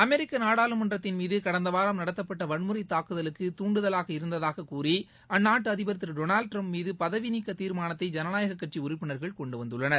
அமெரிக்க நாடாளுமன்றத்தின் மீது கடந்த வாரம் நடத்தப்பட்ட வன்முறை தாக்குதலுக்கு தூண்டுதலாக இருந்ததாக கூறி அந்நாட்டு அதிபர் திரு டொனால்டு டிரம்ப் மீது பதவிநீக்க தீர்மானத்தை ஐனநாயக கட்சி உறுப்பினர்கள் கொண்டுவந்துள்ளனர்